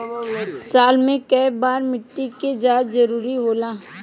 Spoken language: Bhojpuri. साल में केय बार मिट्टी के जाँच जरूरी होला?